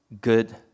good